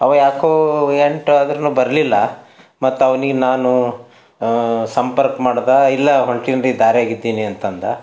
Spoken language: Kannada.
ಅವ ಏಕೋ ಎಂಟಾದ್ರೂ ಬರಲಿಲ್ಲ ಮತ್ತು ಅವ್ನಿಗೆ ನಾನು ಸಂಪರ್ಕ ಮಾಡ್ದ ಇಲ್ಲ ಹೊಂಟೇನ್ರಿ ದಾರ್ಯಾಗ ಇದ್ದೀನಿ ಅಂತಂದ